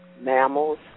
mammals